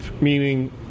meaning